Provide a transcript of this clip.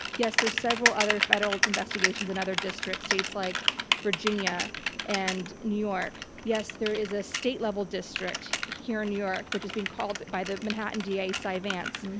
there are several other federal investigations and other districts states like virginia and new york. yes, there is a state level district here in new york, which has been called by the manhattan da cy vance,